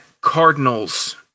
Cardinals